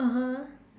(uh huh)